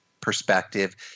perspective